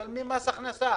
משלמים מס הכנסה